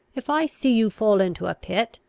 if i see you fall into a pit,